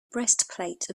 breastplate